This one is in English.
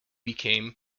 became